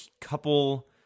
couple